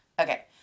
Okay